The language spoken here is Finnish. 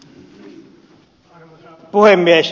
arvoisa puhemies